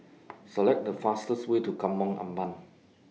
Select The fastest Way to Kampong Ampat